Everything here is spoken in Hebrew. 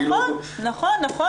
נכון, נכון.